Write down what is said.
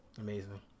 amazing